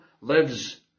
lives